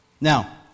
Now